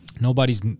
Nobody's